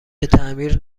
تعمیر